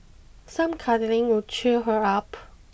some cuddling would cheer her up